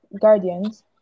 guardians